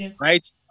right